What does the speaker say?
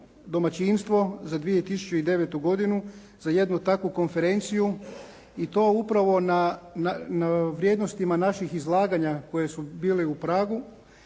domaćinstvo za 2009. godinu za jednu takvu konferenciju i to upravo na vrijednostima naših izlaganja koje su bili u Pragu